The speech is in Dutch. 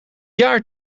jaar